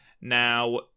Now